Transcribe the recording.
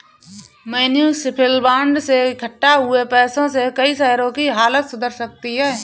municipal bond से इक्कठा हुए पैसों से कई शहरों की हालत सुधर सकती है